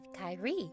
Kyrie